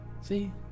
See